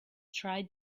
tried